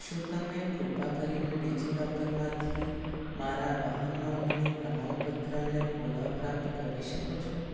શું તમે કૃપા કરીને ડિજિલોકરમાંથી મારા વાહન નોંધણી પ્રમાણપત્રને પુનઃપ્રાપ્ત કરી શકો છો